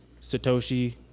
Satoshi